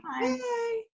Bye